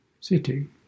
sitting